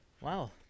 Wow